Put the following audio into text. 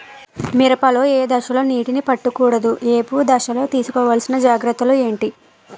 మిరప లో ఏ దశలో నీటినీ పట్టకూడదు? ఏపు దశలో తీసుకోవాల్సిన జాగ్రత్తలు ఏంటి?